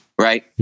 Right